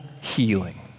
healing